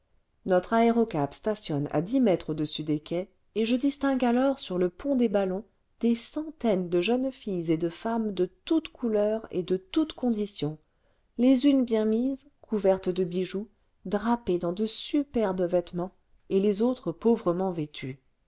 notre aérocab stationne à dix mètres au-dessus des quais et je distingue alors sur le pont des ballons des centaines de jeunes filles et de femmes de toutes couleurs et de toutes conditions les unes bien mises couvertes de bijoux drapées dans de superbes vêtements et les autres pauvrement vêtues